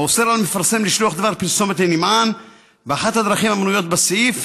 האוסר על מפרסם לשלוח דבר פרסומת לנמען באחת הדרכים המנויות בסעיף